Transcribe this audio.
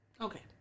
Okay